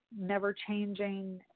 never-changing